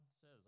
says